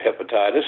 hepatitis